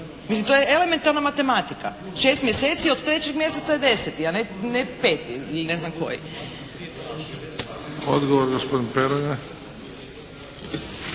Mislim to je elementarna matematika, šest mjeseci od trećeg mjeseca je deset, a ne pet ili ne znam koji. **Bebić, Luka (HDZ)**